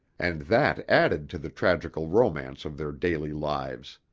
and that added to the tragical romance of their daily lives.